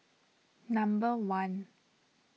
number one